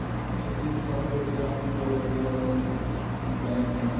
আর fishing সম্পর্কে আমার তো সেরকম জ্ঞান নাই